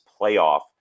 playoff